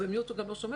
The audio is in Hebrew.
יצאה הודעה לתקשורת,